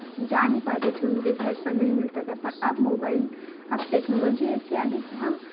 जा नहीं पाते थे उनके घर समय नहीं मिलता था पर अब मोबाइल अब टेक्नोलॉजी ऐसी आ गई कि हम